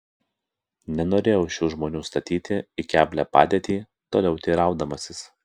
nenorėjau šių žmonių statyti į keblią padėtį toliau teiraudamasis